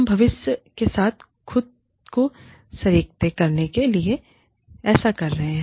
हम भविष्य के साथ खुद को संरेखित करने के लिए ऐसा कर रहे हैं